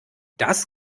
das